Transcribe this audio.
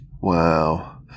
Wow